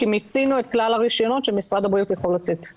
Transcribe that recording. כי מיצינו את כלל הרישיונות שמשרד הבריאות יכול לתת.